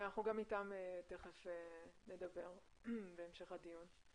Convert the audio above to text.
כן, אנחנו גם איתם תיכף נדבר, בהמשך הדיון.